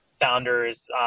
founders